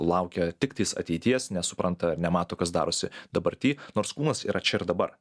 laukia tiktais ateities nesupranta ar nemato kas darosi dabarty nors kūnas yra čia ir dabar